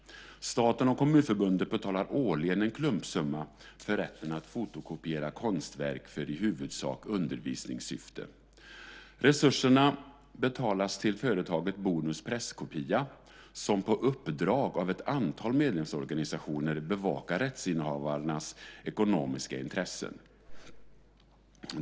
Staten och Kommunförbundet betalar årligen en klumpsumma för rätten att fotokopiera konstverk för i huvudsak undervisningssyfte. Resurserna betalas till företaget Bonus Presskopia som på uppdrag av ett antal medlemsorganisationer bevakar rättsinnehavarnas ekonomiska intressen.